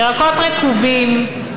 ירקות רקובים,